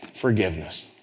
forgiveness